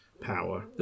power